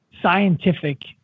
scientific